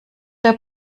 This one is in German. der